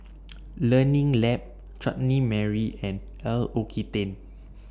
Learning Lab Chutney Mary and L'Occitane